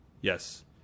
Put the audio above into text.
Yes